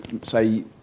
say